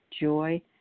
joy